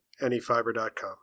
anyfiber.com